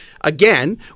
again